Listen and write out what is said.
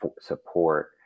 support